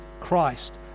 Christ